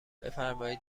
بفرمایید